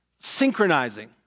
synchronizing